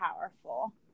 powerful